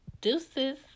Deuces